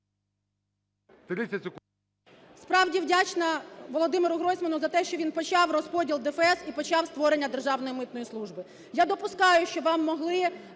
Справді вдячна Володимиру Гройсману за те, що він почав розподіл ДФС і почав створення Державної митної служби.